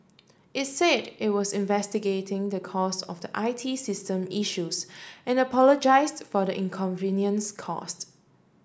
it said it was investigating the cause of the I T system issues and apologised for inconvenience caused